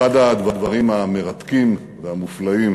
אחד הדברים המרתקים והמופלאים